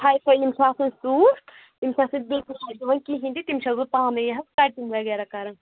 یِم حظ ہاے فاے یِم چھِ آسان سوٗٹھ تِم چھَس نہٕ بہٕ بِلکُل کٲنٛسہِ دِوان کِہیٖنٛۍ تہِ تِم چھَس بہٕ پانٕے یہِ حظ کَٹِنٛگ وَغیرہ کَران